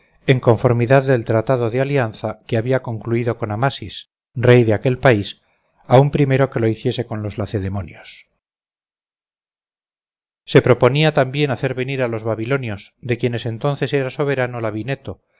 conformidad del tratado de alianza que había concluido con amasis rey de aquel país aun primero que lo hiciese con los lacedemonios se proponía también hacer venir a los babilonios de quienes entonces era soberano